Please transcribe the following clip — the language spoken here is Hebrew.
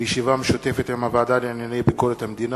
מישיבה משותפת עם הוועדה לענייני ביקורת המדינה,